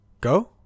Go